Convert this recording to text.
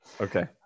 okay